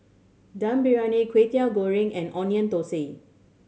Dum Briyani Kway Teow Goreng and Onion Thosai